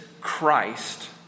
Christ